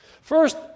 First